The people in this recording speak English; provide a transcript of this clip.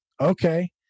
okay